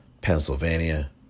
Pennsylvania